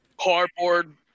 Cardboard